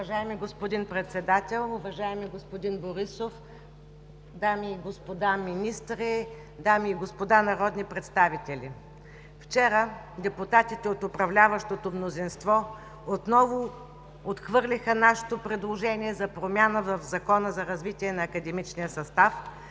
Уважаеми господин Председател, уважаеми господин Борисов, дами и господа министри, дами и господа народни представители! Вчера депутатите от управляващото мнозинство отново отхвърлиха нашето предложение за промяна в Закона за развитие на академичния състав,